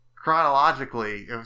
chronologically